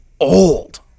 old